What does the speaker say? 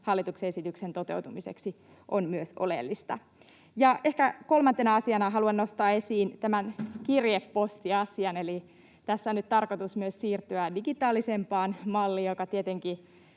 hallituksen esityksen toteutumiseksi on oleellista. Ehkä kolmantena asiana haluan nostaa esiin tämän kirjepostiasian. Eli tässä on nyt tarkoitus myös siirtyä digitaalisempaan malliin, joka tietenkin